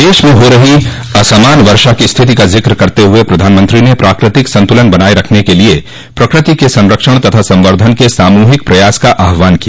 देश में हो रही असमान वर्षा की स्थिति का जिक्र करते हुए प्रधानमंत्री ने प्राकृतिक संतुलन बनाये रखने के लिए प्रकृति के संरक्षण तथा संवर्धन के सामूहिक प्रयास का आह्वान किया